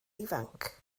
ifanc